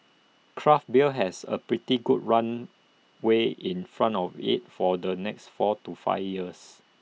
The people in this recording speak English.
craft beer has A pretty good runway in front of IT for the next four to five years